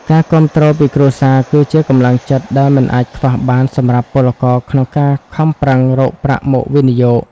ការគាំទ្រពីគ្រួសារគឺជាកម្លាំងចិត្តដែលមិនអាចខ្វះបានសម្រាប់ពលករក្នុងការខំប្រឹងរកប្រាក់មកវិនិយោគ។